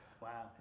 Wow